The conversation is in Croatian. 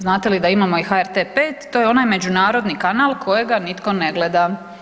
Znate li da imao i HRT5, to je onaj međunarodni kanal kojega nitko ne gleda.